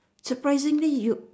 surprisingly you